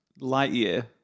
Lightyear